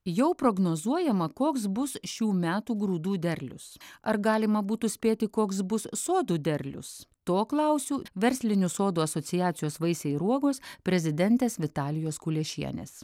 jau prognozuojama koks bus šių metų grūdų derlius ar galima būtų spėti koks bus sodų derlius to klausiu verslinių sodų asociacijos vaisiai ir uogos prezidentės vitalijos kuliešienės